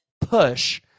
push